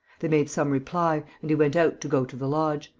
they made some reply and he went out to go to the lodge.